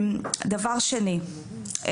דבר שני,